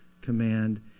command